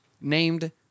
named